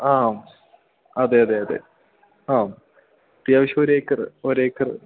ആ അതേയതെ അതെ ആ അത്യാവശ്യം ഒരേക്കറ് ഒരേക്കറ്